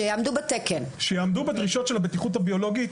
שיעמדו בדרישות של הבטיחות הביולוגית.